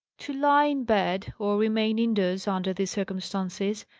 to lie in bed, or remain indoors, under these circumstances,